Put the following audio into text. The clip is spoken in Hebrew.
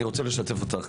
אני רוצה לשתף אותך,